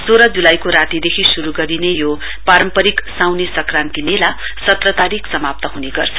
सोह्र जुलाईको रातीदेखि श्रु गरिने यो पारम्परिक साउने संक्रान्तिको मेला सत्र तारीक समाप्त हुने गर्छ